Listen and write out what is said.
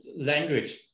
language